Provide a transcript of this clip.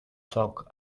chalk